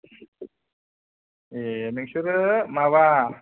ए नोंसोरो माबा